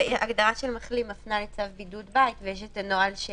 הגדרה של מחלים מפנה לצו בידוד בית ויש את הנוהל של